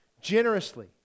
generously